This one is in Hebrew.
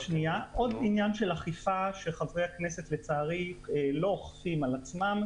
עוד עניין של אכיפה שחברי הכנסת לא אוכפים על עצמם,